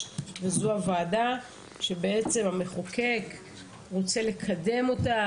וזו הוועדה שהמחוקק רוצה לקדם אותה,